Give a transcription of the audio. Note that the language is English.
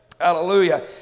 Hallelujah